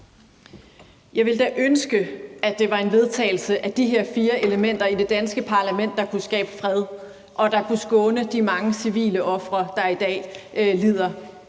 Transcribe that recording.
Jeg ville da ønske, at det var en vedtagelse af de her fire elementer i det danske parlament, der kunne skabe fred og skåne de mange civile ofre, der i dag lider.